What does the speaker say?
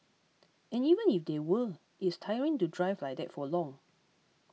and even if there were it is tiring to drive like that for long